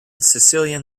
sicilian